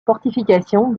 fortification